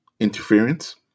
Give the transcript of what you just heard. Interference